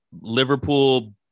Liverpool